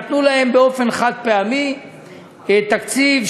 נתנו באופן חד-פעמי תקציב,